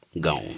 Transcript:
gone